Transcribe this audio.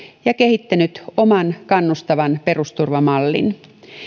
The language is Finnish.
ja kehittänyt oman kannustavan perusturvamallin